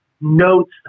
notes